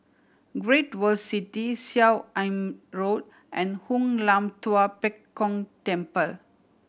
Great World City Seah Im Road and Hoon Lam Tua Pek Kong Temple